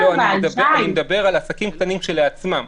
אני מדבר על עסקים קטנים כשלעצמם.